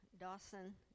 Dawson